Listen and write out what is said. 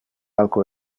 alco